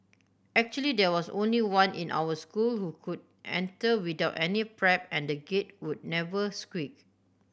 actually there was only one in our school who could enter without any prep and the Gate would never squeak